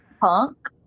Punk